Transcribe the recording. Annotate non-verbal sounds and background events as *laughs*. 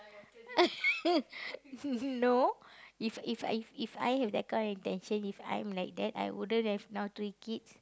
*laughs* no if if if If I have that kind of intention if I'm like that I wouldn't have now three kids